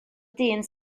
dyn